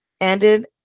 ended